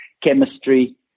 chemistry